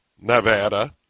Nevada